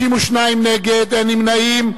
52 נגד, אין נמנעים.